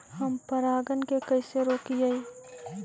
हम पर परागण के कैसे रोकिअई?